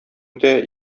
үтә